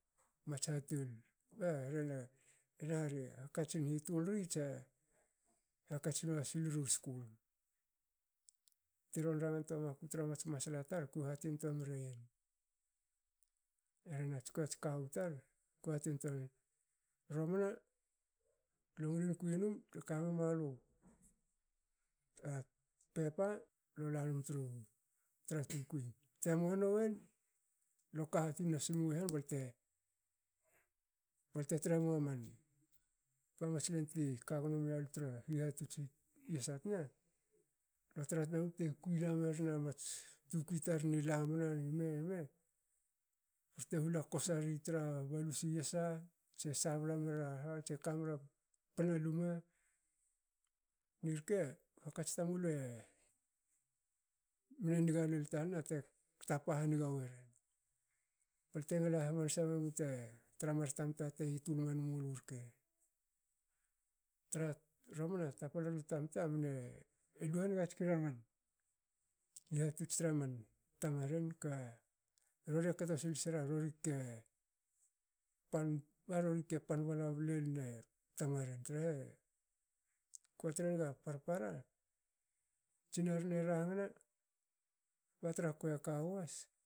Mats hatol ba rehena i rarre hakatsin hitul ri tse hakatsi nasiru skul. Ti ron rangantoa waku tra mats masla tar kue hati mriyen. rhe nats kukuei ats kawu tar ku hatin tua yen. i romana lu ngilin kui num kame mualu pepa lo lanum tru tra tukui te moanin lo ka tun nasi mui han balte. balte tre mua man ba mats lenti kagno mialu tra hihatots i yasa tina. le tra tna mu te kui la merin amats tukui taren i lamna nime nime bte hula kosari tra balus i yasa tse sabla mera ha tse kamra pana luma. nirke hakats tamulu e mne niga lol tanna te tapa haniga weren. balte ngla hamanasa mu te tra mar tamta te hitul men mulu irke. traha i romana tapalan tamta mne lu haniga tskera man hihatots tra man tamaren ka rorie kto sil sera rori ke pan- ba rori te pan bla lune tamaren trahe kotre naga parpara tsinanen e rangna batra kuei a kawu has